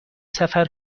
سفر